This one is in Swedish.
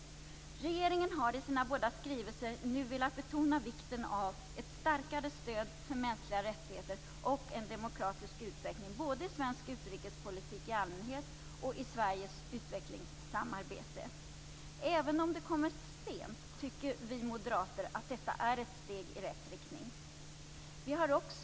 Regeringen har i sina båda skrivelser nu velat betona vikten av ett starkare stöd för mänskliga rättigheter och en demokratisk utveckling både i svensk utrikespolitik i allmänhet och i Sveriges utvecklingssamarbete. Även om det har kommit sent tycker vi moderater att detta är ett steg i rätt riktning. Herr talman!